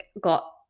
got